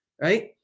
Right